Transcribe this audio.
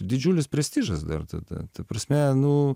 didžiulis prestižas dar tada ta prasme nu